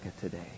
today